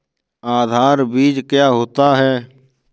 आधार बीज क्या होता है?